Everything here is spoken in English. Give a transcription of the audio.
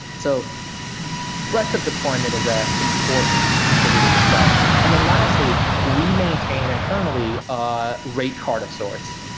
so breadth of deployment is a important contributor to spend and then lastly, we maintain internally a rate card of sorts,